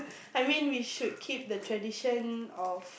I mean we should keep the tradition